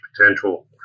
potential